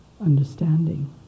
Understanding